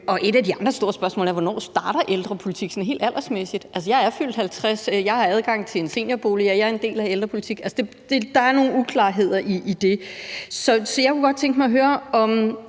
Et af de andre store spørgsmål er også, hvornår en ældrepolitik sådan helt aldersmæssigt starter. Jeg er fyldt 50 år, og jeg har adgang til en seniorbolig, og jeg er en del af ældrepolitikken. Altså, der er nogle uklarheder i det. Så jeg kunne godt tænke mig at høre, om